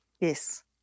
Yes